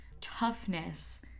toughness